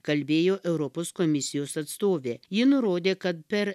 kalbėjo europos komisijos atstovė ji nurodė kad per